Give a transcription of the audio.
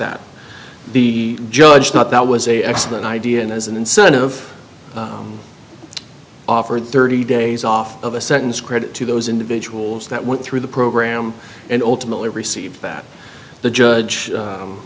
that the judge thought that was a excellent idea and as an incentive offered thirty days off of a sentence credit to those individuals that went through the program and ultimately received that the judge